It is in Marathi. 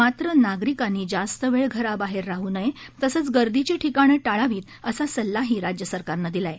मात्र नागरिकांनी जास्त वेळ घराबाहेर राहु नये तसेच गर्दीची ठिकाणं टाळावीत असा सल्लाही राज्य सरकारनं दिला आहे